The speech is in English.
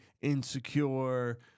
insecure